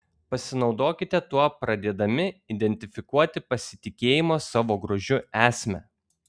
pasinaudokite tuo pradėdami identifikuoti pasitikėjimo savo grožiu esmę